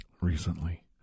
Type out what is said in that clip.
...recently